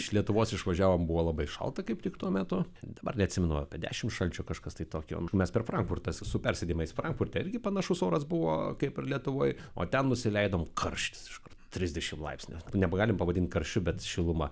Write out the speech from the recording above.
iš lietuvos išvažiavom buvo labai šalta kaip tik tuo metu dabar neatsimenu apie dešimt šalčio kažkas tai tokio mes per frankfurtą su persėdimais frankfurte irgi panašus oras buvo kaip ir lietuvoj o ten nusileidom karštis iš kur trisdešimt laipsnių nebegalim pavadint karščiu bet šiluma